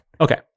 okay